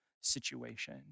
situation